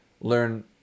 learn